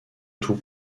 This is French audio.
tout